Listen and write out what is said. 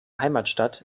heimatstadt